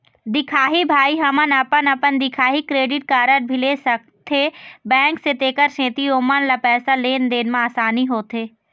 दिखाही भाई हमन अपन अपन दिखाही क्रेडिट कारड भी ले सकाथे बैंक से तेकर सेंथी ओमन ला पैसा लेन देन मा आसानी होथे?